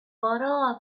bottle